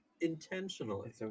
intentionally